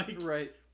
right